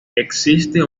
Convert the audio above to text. existe